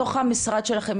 בתוך המשרד שלכם,